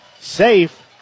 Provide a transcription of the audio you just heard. safe